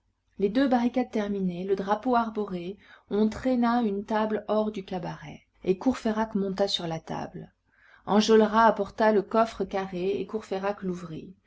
les deux barricades terminées le drapeau arboré on traîna une table hors du cabaret et courfeyrac monta sur la table enjolras apporta le coffre carré et courfeyrac l'ouvrit